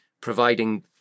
providing